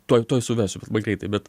tuoj tuoj suvesiu greitai bet